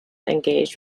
engaged